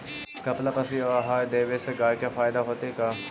कपिला पशु आहार देवे से गाय के फायदा होतै का?